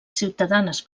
ciutadanes